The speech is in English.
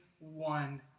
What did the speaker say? one